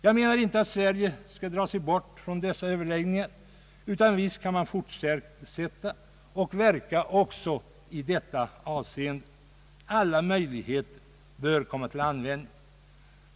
Jag menar inte att Sverige skall dra sig ur dessa överläggningar, utan visst skall man fortsätta att verka också i detta avseende. Alla möjligheter bör komma till användning.